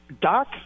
Doc